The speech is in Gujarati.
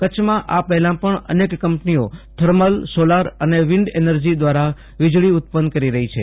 કચ્છમાં આ પહેલા પજ્ઞ અનેક કંપનીઓ થર્મલ સોલાર અને વિન્ડ એનર્જી દ્વારા વીજળી ઉત્પન્ન કરી રહી છે